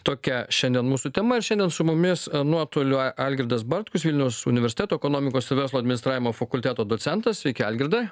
tokia šiandien mūsų tema ir šiandien su mumis nuotoliu algirdas bartkus vilniaus universiteto ekonomikos verslo administravimo fakulteto docentas sveiki algirdai